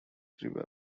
river